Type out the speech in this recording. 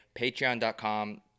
Patreon.com